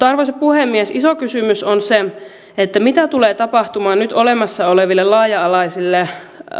arvoisa puhemies iso kysymys on se mitä tulee tapahtumaan nyt olemassa oleville laaja alaisille